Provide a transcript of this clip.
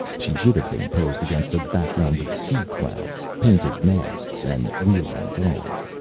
she should have been posed against a background of sea-clouds, painted masts and wheeling gulls.